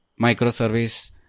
microservice